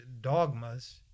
dogmas